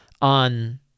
on